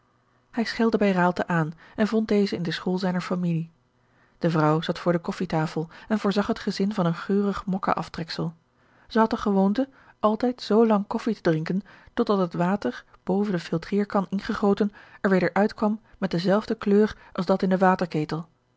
hij schelde bij raalte aan en vond dezen in den school zijner familie de vrouw zat voor de koffijtafel en voorzag het gezin van een geurig moka aftreksel zij had de gewoonte altijd zoo lang koffij te drinken tot dat het water boven de filtreerkan ingegoten er weder uitkwam met dezelfde kleur als dat in den waterketel